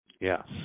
Yes